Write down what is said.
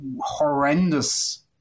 horrendous